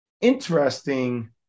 interesting